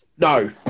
no